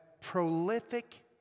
prolific